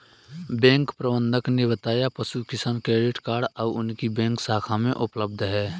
bank प्रबंधक ने बताया पशु किसान क्रेडिट कार्ड अब उनकी बैंक शाखा में उपलब्ध है